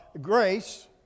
grace